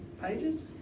pages